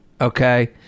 okay